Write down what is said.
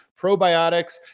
probiotics